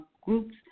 groups